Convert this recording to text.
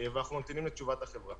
ואנחנו ממתינים לתשובת החברה.